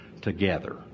together